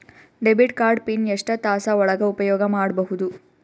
Debit card PIN ಎಷ್ಟ ತಾಸ ಒಳಗ ಉಪಯೋಗ ಮಾಡ್ಬಹುದು?